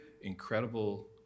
incredible